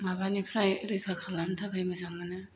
माबानिफ्राय रैखा खालामनो थाखाय मोजां मोनो